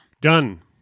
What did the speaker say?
Done